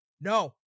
no